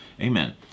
Amen